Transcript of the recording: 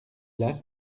las